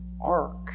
ark